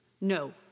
No